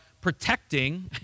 protecting